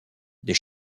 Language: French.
des